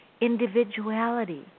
individuality